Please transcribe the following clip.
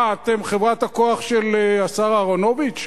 מה, אתם חברת הכוח-אדם של השר אהרונוביץ?